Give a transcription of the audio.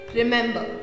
remember